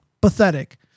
Pathetic